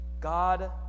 God